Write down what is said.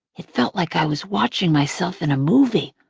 it felt like i was watching myself in a movie,